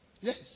Yes